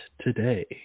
today